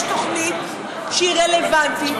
יש תוכנית שהיא רלוונטית,